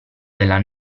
della